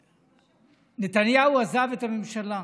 נתניהו עזב את הממשלה,